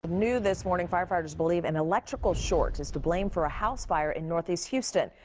new this morning, firefighters believe an electrical short is to blame for a house fire in northeast houston.